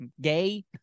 gay